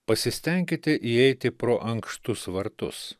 pasistenkite įeiti pro ankštus vartus